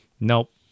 nope